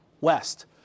west